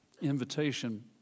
invitation